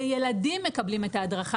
וילדים מקבלים את ההדרכה,